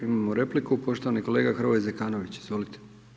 Imamo repliku, poštovani kolega Hrvoje Zekanović, izvolite.